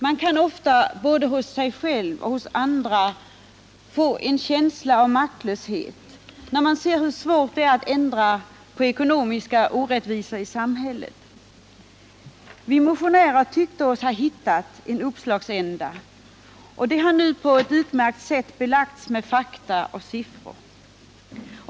Man får ofta — det gäller både mig själv och andra — en känsla av maktlöshet när man ser hur svårt det är att ändra på ekonomiska orättvisor i samhället. Vi motionärer tyckte oss ha hittat en uppslagsända, och våra idéer har nu på ett utmärkt sätt belagts med fakta och siffror.